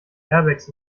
airbags